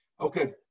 Okay